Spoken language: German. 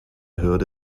hürde